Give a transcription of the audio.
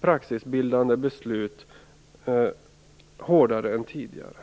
praxisbildande beslut hårdare än tidigare.